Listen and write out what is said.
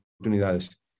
oportunidades